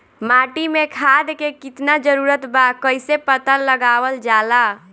माटी मे खाद के कितना जरूरत बा कइसे पता लगावल जाला?